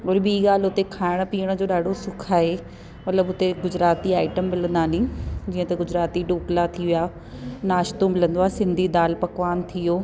और ॿी ॻाल्हि उते खाइण पीअण जो ॾाढो सुख आहे मतिलबु हुते गुजराती आइटम मिलंदा आनी जीअं त गुजराती ढोकला थी विया नाश्तो मिलंदो आहे सिंधी दालि पकवान थियो